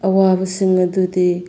ꯑꯋꯥꯕꯁꯤꯡ ꯑꯗꯨꯗꯤ